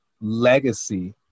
legacy